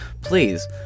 Please